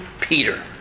Peter